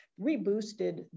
reboosted